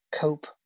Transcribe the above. cope